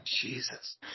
Jesus